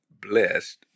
blessed